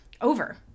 over